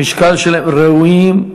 המשקל שלהם, ראויים.